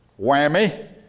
whammy